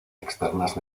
externas